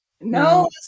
No